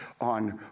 on